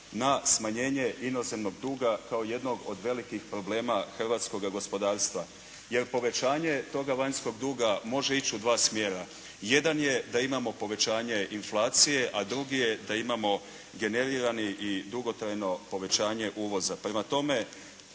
na smanjenje inozemnog duga kao jednog od velikih problema hrvatskoga gospodarstva. Jer povećanje toga vanjskog duga može ići u dva smjera. Jedan je da imamo povećanje inflacije, a drugi je da imamo generirani i dugotrajno povećanje uvoza. Prema tome